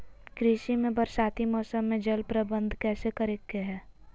कृषि में बरसाती मौसम में जल प्रबंधन कैसे करे हैय?